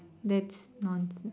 that's nonsense